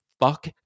fuck